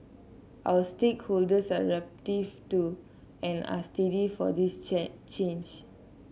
our stakeholders are receptive to and are steady for this change